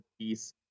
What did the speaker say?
piece